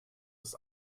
ist